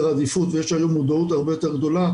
עדיפות ויש היום מודעות הרבה יותר גדולה,